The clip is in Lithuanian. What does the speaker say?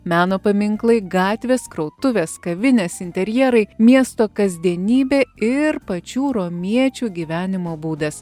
meno paminklai gatvės krautuvės kavinės interjerai miesto kasdienybė ir pačių romiečių gyvenimo būdas